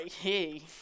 hey